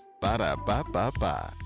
Ba-da-ba-ba-ba